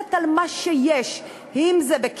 נשענת על מה שיש, אם בקריית-שמונה,